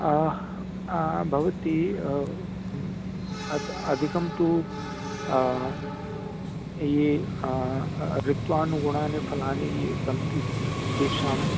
भवति अधिकं तु ये ऋत्वानुगुणानि फलानि ये सन्ति तेषां